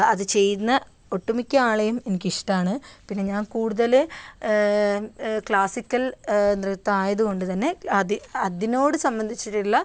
അത് ചെയ്യുന്ന ഒട്ടുമിക്ക ആളെയും എനിക്ക് ഇഷ്ടമാണ് പിന്നെ ഞാൻ കൂടുതൽ ക്ലാസിക്കൽ നൃത്തം ആയതു കൊണ്ട് തന്നെ അത് അതിനോട് സംബന്ധിച്ചിട്ടുള്ള